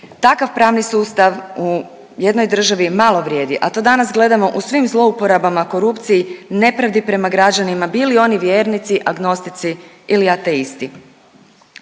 takav pravni sustav u jednoj državi malo vrijedi, a to danas gledamo u svim zlouporabama, korupciji, nepravdi prema građanima, bili oni vjernici, agnostici ili ateisti.